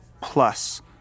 Plus